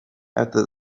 after